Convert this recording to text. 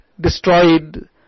destroyed